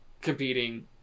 competing